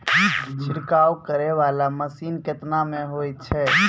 छिड़काव करै वाला मसीन केतना मे होय छै?